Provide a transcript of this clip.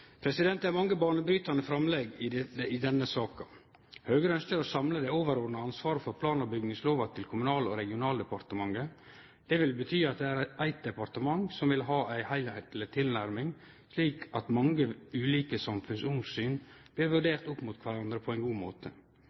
Det er mange banebrytande framlegg i denne saka. Høgre ønskjer å samle det overordna ansvaret for plan- og bygningslova til Kommunal- og regionaldepartementet. Det vil bety at det er eitt departement som har ei heilskapleg tilnærming, slik at mange ulike samfunnsomsyn blir vurderte opp mot kvarandre på ein god måte.